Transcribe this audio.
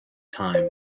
time